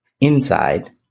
inside